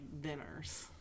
dinners